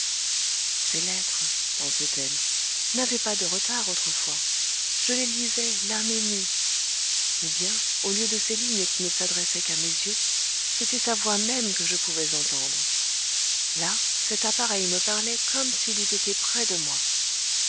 ses lettres pensait-elle n'avaient pas de retard autrefois je les lisais l'âme émue ou bien au lieu de ces lignes qui ne s'adressaient qu'à mes yeux c'était sa voix même que je pouvais entendre là cet appareil me parlait comme s'il eût été près de moi